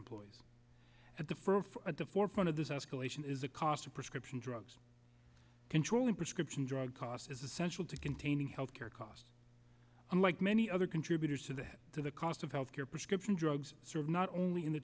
employees at the firm at the forefront of this escalation is the cost of prescription drugs controlling prescription drug costs is essential to containing health care costs and like many other contributors to that to the cost of health care prescription drugs serve not only in the